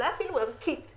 אולי אפילו ערכית,